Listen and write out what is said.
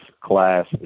class